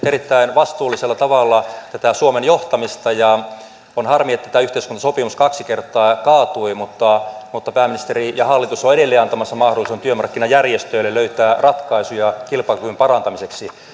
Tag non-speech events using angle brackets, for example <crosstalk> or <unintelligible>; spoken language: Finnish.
<unintelligible> erittäin vastuullisella tavalla tätä suomen johtamista ja on harmi että tämä yhteiskuntasopimus kaksi kertaa kaatui mutta mutta pääministeri ja hallitus ovat edelleen antamassa mahdollisuuden työmarkkinajärjestöille löytää ratkaisuja kilpailukyvyn parantamiseksi